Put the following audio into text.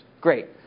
Great